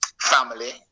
family